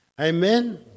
Amen